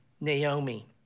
Naomi